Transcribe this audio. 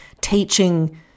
teaching